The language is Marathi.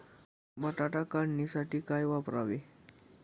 बटाटा काढणीसाठी काय वापरावे?